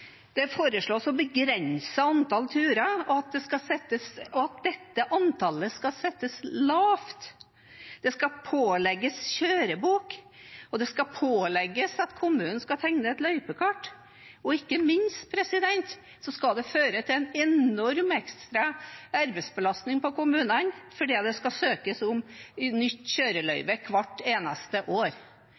Det foreslås å begrense antall turer, og at dette antallet skal settes lavt. Det skal pålegges kjørebok, og det skal pålegges at kommunen tegner et løypekart. Og ikke minst skal det føre til en enorm ekstra arbeidsbelastning på kommunene, fordi det skal søkes om nytt kjøreløyve hvert eneste år.